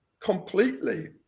completely